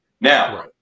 Now